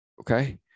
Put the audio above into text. Okay